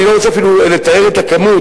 אני לא רוצה אפילו לתאר את הכמות.